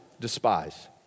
despise